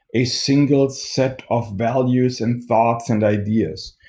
a single set of values and thoughts and ideas.